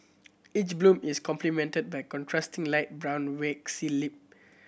each bloom is complemented by contrasting light brown waxy lip